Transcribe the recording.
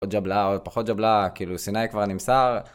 עוד ג'בלאה, עוד פחות ג'בלאה, כאילו, סיני כבר נמסר?